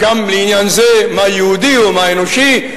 גם בעניין זה, מה יהודי ומה אנושי.